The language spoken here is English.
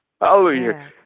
Hallelujah